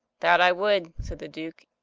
that i would, said the duke,